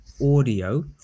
audio